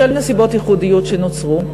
בשל נסיבות ייחודיות שנוצרו,